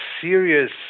serious